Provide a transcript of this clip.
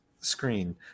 screen